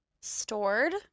Stored